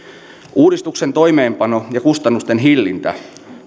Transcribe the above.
uudistuksen toimeenpano ja kustannusten hillintä